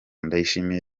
ndayishimiye